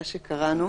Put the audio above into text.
שקראנו.